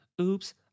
oops